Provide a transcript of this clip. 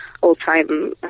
all-time